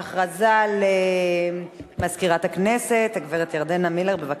הודעה למזכירת הכנסת הגברת ירדנה מלר, בבקשה.